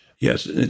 Yes